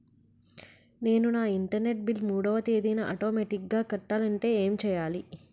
నేను నా internet bill మూడవ తేదీన ఆటోమేటిగ్గా కట్టాలంటే ఏం చేయాలి?